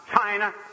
China